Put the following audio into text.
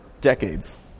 decades